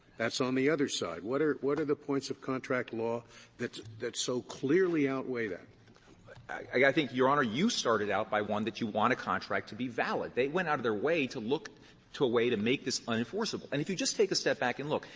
that's on the other side. what are what are the points of contract law that that so clearly outweigh that? landau i think, your honor, you started out by, one, that you want a contract to be valid. they went out of their way to look to a way to make this unenforceable. and if you just take a step back and look.